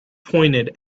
pointed